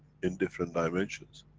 in different dimensions.